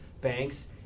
banks